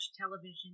television